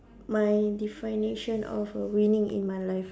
my definition of a winning in my life